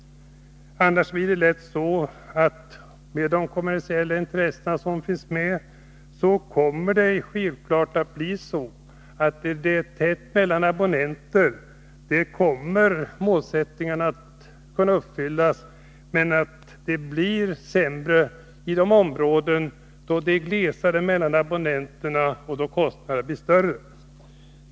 Med de kommersiella intressen som finns med kommer det annars självfallet lätt att bli så, att där det är tätt mellan abonnenterna kommer målsättningarna att kunna uppfyllas, medan det blir sämre i de områden där det är glesare mellan abonnenterna och där kostnaderna då blir större.